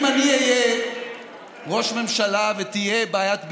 אם אני אהיה ראש ממשלה ותהיה בעיית ביטחון,